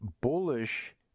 bullish